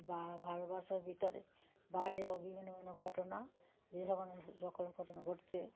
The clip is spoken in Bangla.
বা ভারতবর্ষের ভিতরে বাইরেও বিভিন্ন বিভিন্ন ঘটনা যে সকল সকল ঘটনা ঘটছে